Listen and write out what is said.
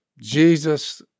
Jesus